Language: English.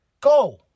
Go